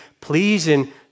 pleasing